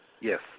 Yes